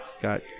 got